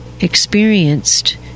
experienced